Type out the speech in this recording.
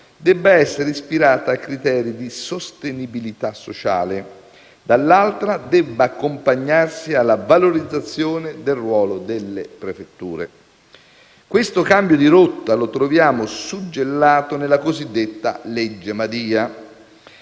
debba essere ispirata, da un lato, a criteri di sostenibilità sociale e, dall'altro, debba accompagnarsi alla valorizzazione del ruolo delle prefetture. Questo cambio di rotta lo troviamo suggellato nella cosiddetta legge Madia,